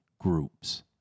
groups